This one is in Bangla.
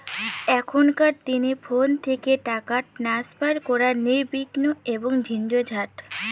এখনকার দিনে ফোন থেকে টাকা ট্রান্সফার করা নির্বিঘ্ন এবং নির্ঝঞ্ঝাট